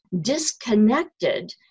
disconnected